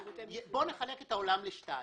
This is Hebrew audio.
בואו נחלק את עולם האכיפה לשניים.